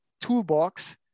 toolbox